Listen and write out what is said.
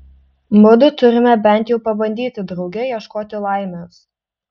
mudu turime bent jau pabandyti drauge ieškoti laimės